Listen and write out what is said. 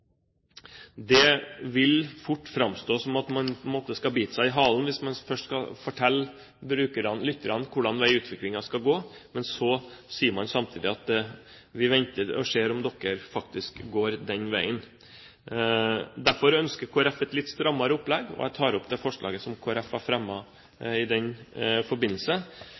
Det vil fort framstå som om man biter seg i halen hvis man først skal fortelle lytterne hvilken vei utviklingen skal gå, men samtidig sier at man venter og ser om de faktisk går den veien. Derfor ønsker Kristelig Folkeparti et litt strammere opplegg, og jeg tar opp det forslaget som Kristelig Folkeparti har fremmet i den forbindelse.